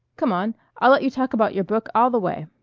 come on i'll let you talk about your book all the way.